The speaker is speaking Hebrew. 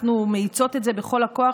אנחנו מאיצות את זה בכל הכוח,